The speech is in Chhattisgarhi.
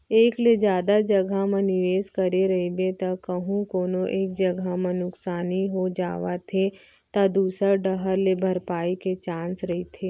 एक ले जादा जघा म निवेस करे रहिबे त कहूँ कोनो एक जगा म नुकसानी हो जावत हे त दूसर डाहर ले भरपाई के चांस रहिथे